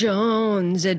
Jones